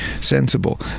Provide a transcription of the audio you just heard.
sensible